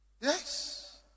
yes